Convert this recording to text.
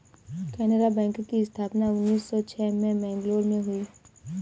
Canara bank की स्थापना उन्नीस सौ छह में मैंगलोर में हुई